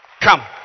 Come